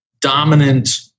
dominant